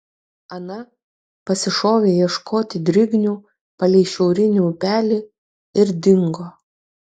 ana pasišovė ieškoti drignių palei šiaurinį upelį ir dingo